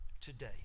today